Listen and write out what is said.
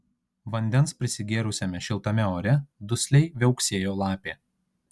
vandens prisigėrusiame šiltame ore dusliai viauksėjo lapė